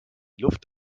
luft